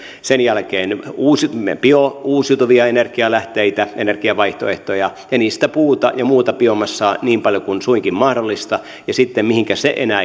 sen jälkeen biouusiutuvia energianlähteitä energiavaihtoehtoja ja niistä puuta ja muuta biomassaa niin paljon kuin suinkin mahdollista ja sitten mihinkä se enää